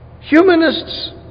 Humanists